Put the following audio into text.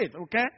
Okay